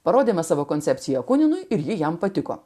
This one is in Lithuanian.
parodėme savo koncepciją kunigui ir ji jam patiko